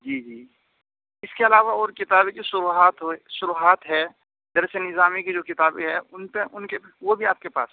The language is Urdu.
جی جی اس کے علاوہ اور کتابیں جو شروحات ہیں شروحات ہیں درس نظامی کی جو کتابیں ہیں ان پہ ان کے وہ بھی آپ ہیں پاس